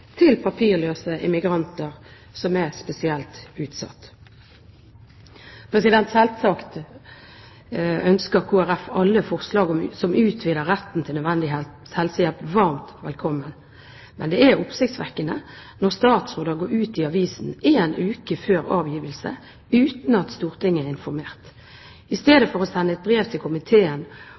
alle forslag som utvider retten til nødvendig helsehjelp, varmt velkommen. Men det er oppsiktsvekkende når statsråder går ut i avisen én uke før avgivelse uten at Stortinget er informert. I stedet for å sende et brev til komiteen